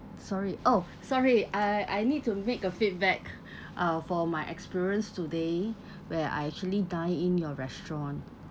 sorry oh sorry I I I need to make a feedback uh for my experience today where I actually dined in your restaurant